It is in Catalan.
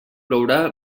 plourà